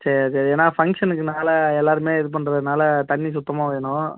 சரி சரி ஏன்னால் ஃபங்க்ஷனுக்குனால் எல்லாருமே இது பண்ணுறதுனால தண்ணி சுத்தமாக வேணும்